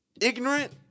ignorant